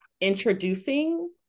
introducing